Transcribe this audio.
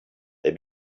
they